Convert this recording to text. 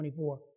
24